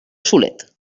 solet